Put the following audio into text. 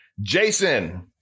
Jason